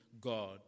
God